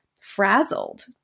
frazzled